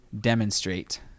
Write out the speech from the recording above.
demonstrate